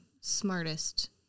smartest